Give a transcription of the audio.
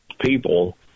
people